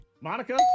Monica